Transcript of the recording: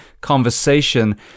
conversation